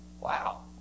wow